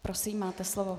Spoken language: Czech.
Prosím, máte slovo.